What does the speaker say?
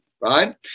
right